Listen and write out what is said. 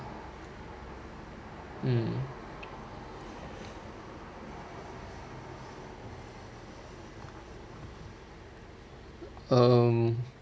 mm mm